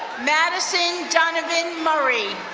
madison donovan murray.